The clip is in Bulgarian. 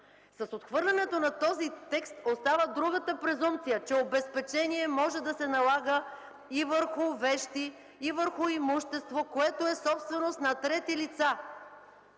С отхвърлянето на този текст остава другата презумпция – че обезпечение може да се налага и върху вещи, и върху имущество, което е собственост на трети лица